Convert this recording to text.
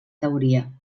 teoria